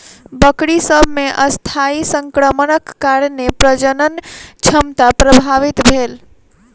बकरी सभ मे अस्थायी संक्रमणक कारणेँ प्रजनन क्षमता प्रभावित भेल